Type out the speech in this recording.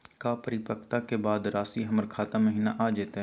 का परिपक्वता के बाद रासी हमर खाता महिना आ जइतई?